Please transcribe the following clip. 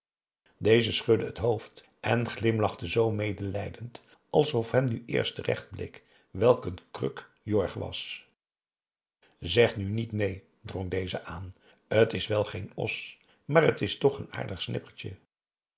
deze schudde het hoofd en glimlachte zoo medelijdend alsof hem nu eerst recht bleek welk een kruk jorg was zeg nu niet neen drong deze aan t is wel geen os maar het is toch n aardig snippertje